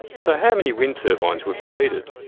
so how many wind turbines would be needed?